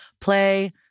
play